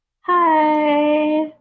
Hi